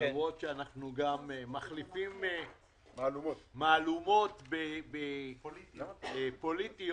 למרות שאנחנו גם מחליפים מהלומות פוליטיות,